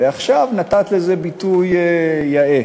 ועכשיו נתת לזה ביטוי יאה.